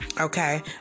okay